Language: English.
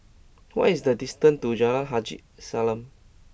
what is the distance to Jalan Haji Salam